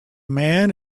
man